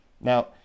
Now